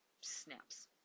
snaps